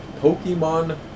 Pokemon